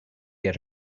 get